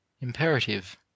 imperative